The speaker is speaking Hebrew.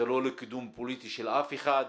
זה לא לקידום פוליטי של אף אחד,